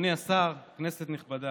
אדוני השר, כנסת נכבדה,